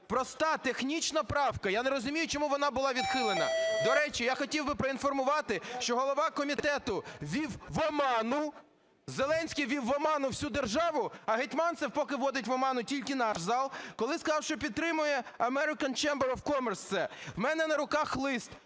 Проста, технічна правка, я не розумію, чому вона була відхилена? До речі, я хотів би проінформувати, що голова комітету ввів в оману, Зеленський ввів в оману всю державу, а Гетманцев поки вводить в оману тільки наш зал, коли сказав, що підтримує American Chamber of Commerce це. У мене на руках лист